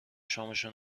شامشو